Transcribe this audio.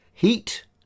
Heat